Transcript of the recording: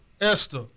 Esther